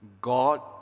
God